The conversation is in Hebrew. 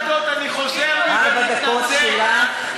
ארבע דקות שלך.